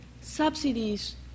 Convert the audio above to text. subsidies